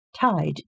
tied